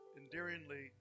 endearingly